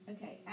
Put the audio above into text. Okay